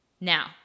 Now